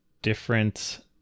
different